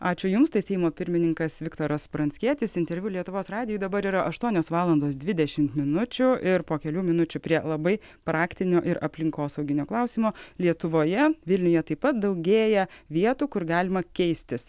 ačiū jums tai seimo pirmininkas viktoras pranckietis interviu lietuvos radijui dabar yra aštuonios valandos dvidešimt minučių ir po kelių minučių prie labai praktinio ir aplinkosauginio klausimo lietuvoje vilniuje taip pat daugėja vietų kur galima keistis